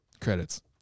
credits